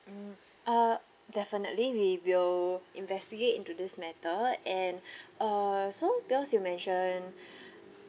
mm uh definitely we will investigate into this matter and uh some views you mentioned